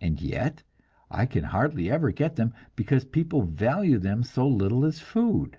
and yet i can hardly ever get them, because people value them so little as food